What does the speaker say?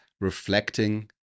reflecting